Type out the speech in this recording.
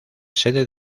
sede